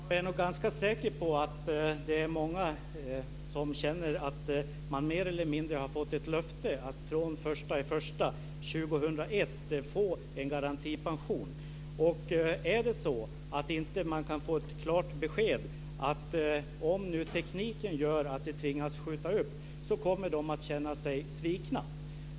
Fru talman! Jag är ganska säker på att det är många som känner att de mer eller mindre har fått ett löfte om att från den 1 januari 2001 få en garantipension. Är det så att de inte kan få klart besked om nu tekniken gör att detta tvingas skjutas upp, så kommer de att känna sig svikna.